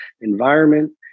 environment